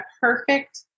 perfect